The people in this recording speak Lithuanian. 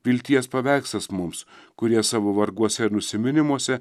vilties paveikslas mums kurie savo varguose ir nusiminimuose